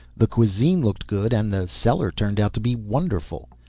the cuisine looked good and the cellar turned out to be wonderful.